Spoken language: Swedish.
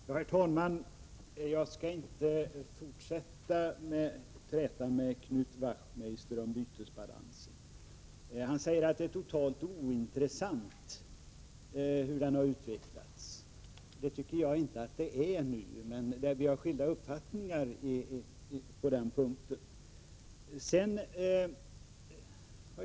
Herr talman! Jag skall inte fortsätta att träta med Knut Wachtmeister om bytesbalansen. Han säger att det är totalt ointressant hur den har utvecklats. Jag tycker däremot inte att det är ointressant, så på den punkten har vi skilda uppfattningar.